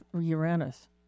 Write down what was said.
Uranus